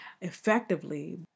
effectively